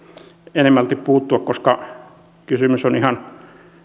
enemmälti puuttua koska kysymys on ihan